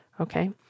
Okay